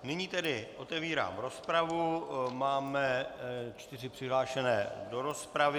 Nyní tedy otevírám rozpravu, máme čtyři přihlášené do rozpravy.